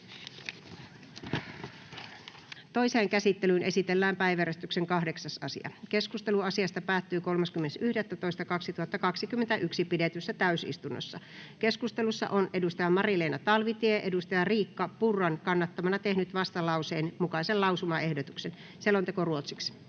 Toiseen käsittelyyn esitellään päiväjärjestyksen 8. asia. Keskustelu asiasta päättyi 30.11.2021 pidetyssä täysistunnossa Keskustelussa on Mari-Leena Talvitie Riikka Purran kannattamana tehnyt vastalauseen mukaisen lausumaehdotuksen. [Speech 10]